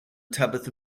tabitha